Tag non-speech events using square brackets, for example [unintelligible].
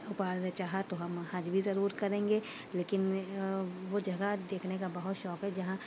اوپر [unintelligible] نے چاہا تو ہم حج بھی ضرور کریں گے لیکن وہ جگہ دیکھنے کا بہت شوق ہے جہاں